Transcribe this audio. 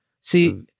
See